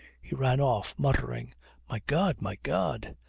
he ran off muttering my god! my god!